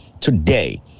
Today